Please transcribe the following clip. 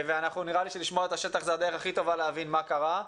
נראה לי שלשמוע את השטח זו הדרך הטובה ביותר להבין מה קרה.